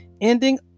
ending